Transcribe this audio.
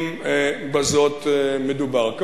אם בזאת מדובר.